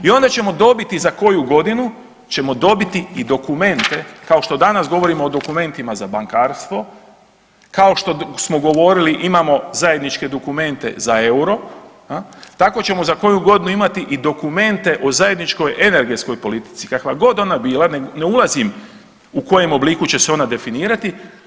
I onda ćemo dobiti za koju godinu ćemo dobiti i dokumente kao što danas govorimo o dokumentima za bankarstvo, kao što smo govorili imamo zajedničke dokumente za euro, tako ćemo za koju godinu imati i dokumente o zajedničkoj energetskoj politici kakva god ona bila ne ulazim u kojem obliku će se ona definirati.